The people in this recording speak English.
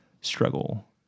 struggle